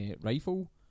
rifle